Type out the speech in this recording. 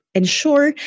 ensure